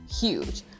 Huge